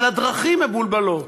אבל הדרכים מבולבלות.